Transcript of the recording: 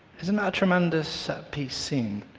isn't that tremendous set piece scene?